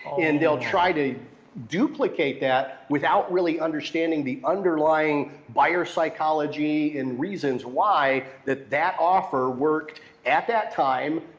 and they'll try to duplicate that without really understanding the underlying buyer psychology and reasons why that that offer worked at that time,